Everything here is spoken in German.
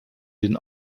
den